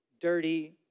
dirty